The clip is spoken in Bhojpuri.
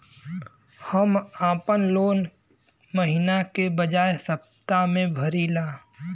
हम आपन लोन महिना के बजाय सप्ताह में भरीला